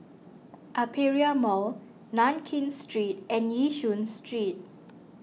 Aperia Mall Nankin Street and Yishun Street